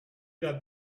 that